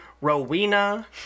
rowena